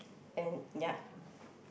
and ya